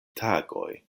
tagoj